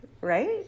right